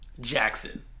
Jackson